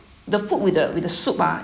the food with the with the soup ah